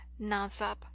nonstop